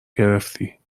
گرفتی